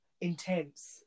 intense